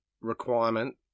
requirement